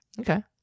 okay